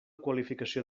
qualificació